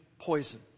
poison